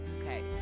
okay